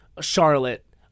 Charlotte